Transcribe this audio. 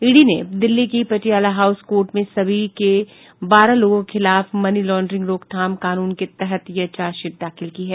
ED ने दिल्ली की Patiala house court में सभी के बारह लोगों के खिलाफ मनी लॉड्रिंग रोकथाम कानून के तहत यह चार्जशीट दायर की है